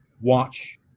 watch